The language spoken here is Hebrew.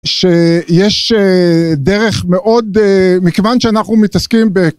שיש דרך מאוד, מכיוון שאנחנו מתעסקים ב...